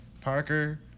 Parker